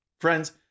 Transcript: Friends